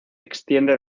extiende